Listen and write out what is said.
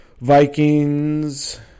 Vikings